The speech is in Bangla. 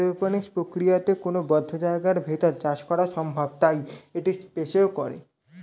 এরওপনিক্স প্রক্রিয়াতে কোনো বদ্ধ জায়গার ভেতর চাষ করা সম্ভব তাই এটি স্পেসেও করে